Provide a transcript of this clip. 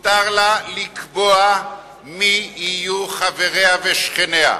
מותר לה לקבוע מי יהיו חבריה ושכניה.